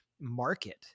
market